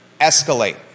escalate